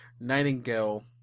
Nightingale